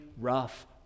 rough